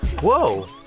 Whoa